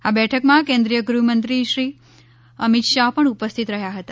આ બેઠકમાં કેન્દ્રિય ગૃહ મંત્રી શ્રી અમિતભાઇ શાહ પણ ઉપસ્થિત રહ્યા હતા